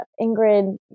Ingrid